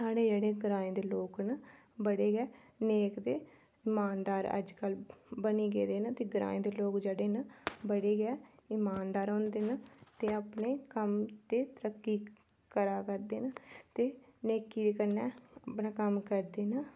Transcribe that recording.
ते साढ़े जेह्ड़े ग्राएं दे लोक न बड़े गै नेक ते इमानदार अजकल बनी गेदे न ते ग्राएं दे लोक जेह्ड़े न बड़े गै इमानदार होंदे न ते अपने कम्म ते तरक्की करा करदे न ते नेकी कन्नै अपना कम्म करदे न